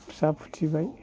फिसा फुथिबाय